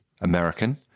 American